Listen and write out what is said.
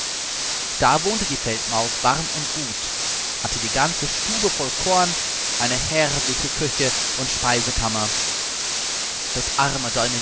da wohnte die feldmaus warm und gut hatte die ganze stube voll korn eine herrliche küche und speisekammer das arme